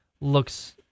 looks